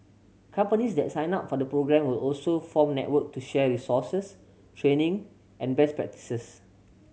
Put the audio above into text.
companies that sign up for the programme will also form network to share resources training and best practices